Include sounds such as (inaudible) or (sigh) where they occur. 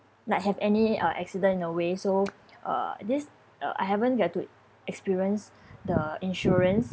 like have any uh accident in a way so (noise) uh this uh I haven't got to experience (breath) the insurance